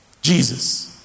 Jesus